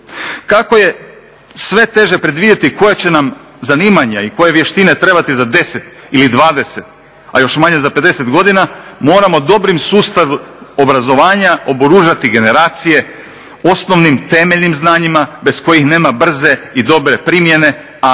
Kako je sve teže predvidjeti koja će nam zanimanja i koje vještine trebati za 10 ili 20, a još manje za 50 godina moramo dobrim sustavom obrazovanja oboružati generacije osnovnim temeljnim znanjima bez kojih nema brze i dobre primjene, a